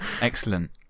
Excellent